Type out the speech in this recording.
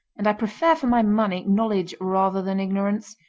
and i prefer for my money knowledge rather than ignorance.